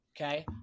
okay